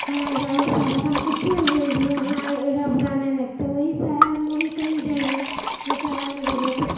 हँ एकरा अपन भाषामे किछु भी बोलि दिऐ अहाँ बुरा नहि लगतै वही शहरमे कही जाएमे शहरमे जेबए तऽ